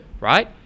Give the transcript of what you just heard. right